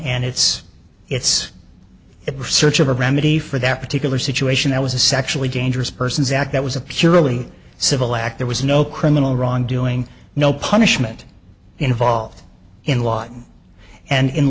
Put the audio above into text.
and it's it's a search of a remedy for that particular situation that was a sexually dangerous persons act that was a purely civil act there was no criminal wrongdoing no punishment involved in law and in